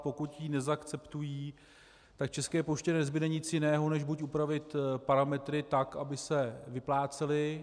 Pokud ji neakceptují, tak České poště nezbude nic jiného než upravit parametry tak, aby se vyplácely.